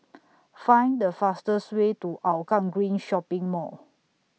Find The fastest Way to Hougang Green Shopping Mall